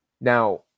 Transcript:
Now